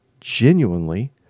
genuinely